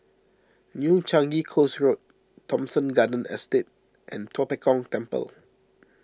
New Changi Coast Road Thomson Garden Estate and Tua Pek Kong Temple